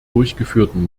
durchgeführten